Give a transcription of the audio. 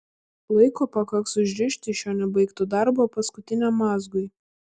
laiko pakaks užrišti šio nebaigto darbo paskutiniam mazgui